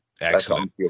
Excellent